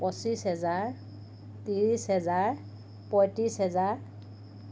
পঁচিছ হেজাৰ ত্ৰিছ হেজাৰ পয়ত্ৰিছ হেজাৰ